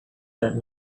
that